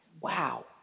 Wow